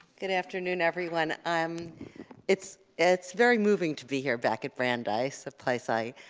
good afternoon everyone, um it's it's very moving to be here back at brandeis, a place i, ah,